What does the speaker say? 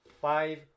five